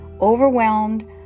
overwhelmed